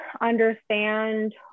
understand